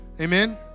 Amen